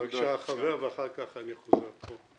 בבקשה, החבר, ואחר כך אני חוזר פה.